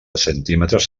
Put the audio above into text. centímetres